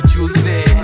Tuesday